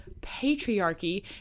patriarchy